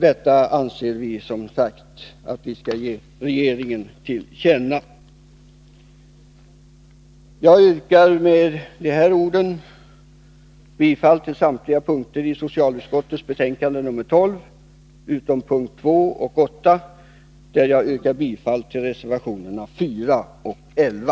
Detta anser vi att riksdagen bör ge regeringen till känna. Jag yrkar med dessa ord bifall till samtliga punkter i socialutskottets hemställan i betänkande nr 12 utom punkterna 2 och 8, där jag yrkar bifall till reservationerna 4 och 11.